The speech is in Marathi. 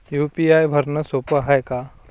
यू.पी.आय भरनं सोप हाय का?